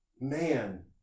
man